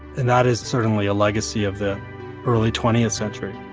and that is certainly a legacy of the early twentieth century